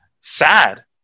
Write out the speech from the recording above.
sad